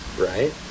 Right